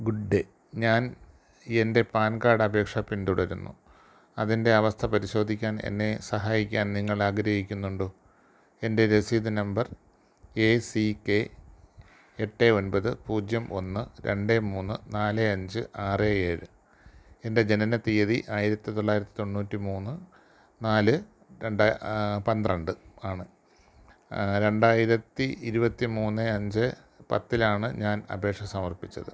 good ഞാൻ എന്റെ PAN card അപേക്ഷ പിന്തുടരുന്നു അതിന്റെ അവസ്ഥ പരിശോധിക്കാൻ എന്നെ സഹായിക്കാൻ നിങ്ങളാഗ്രഹിക്കുന്നുണ്ടോ എന്റെ രസീത് നമ്പർ ഏ സീ കെ എട്ട് ഒന്പത് പൂജ്യം ഒന്ന് രണ്ട് മൂന്ന് നാല് അഞ്ച് ആറ് ഏഴ് എന്റെ ജനനത്തീയതി ആയിരത്തിത്തൊള്ളായിരത്തി തൊണ്ണൂറ്റി മൂന്ന് നാല് രണ്ട് പന്ത്രണ്ട് ആണ് രണ്ടായിരത്തി ഇരുപത്തി മൂന്ന് അഞ്ച് പത്തിലാണ് ഞാൻ അപേക്ഷ സമർപ്പിച്ചത്